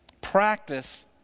Practice